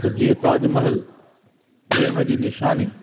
त जीअं ताजमहल प्रेम जी निशानी